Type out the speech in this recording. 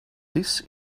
this